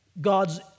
God's